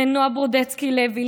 לנועה ברודצקי לוי,